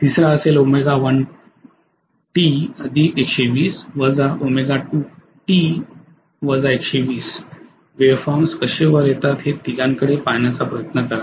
तिसरा असेल वेव्हफॉर्म कसे वर येतात हे तिघांकडे पहाण्याचा प्रयत्न करा